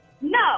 no